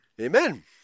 Amen